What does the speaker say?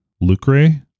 Lucre